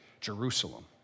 Jerusalem